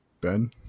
ben